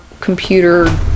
computer